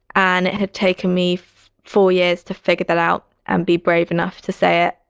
and it had taken me four years to figure that out and be brave enough to say it.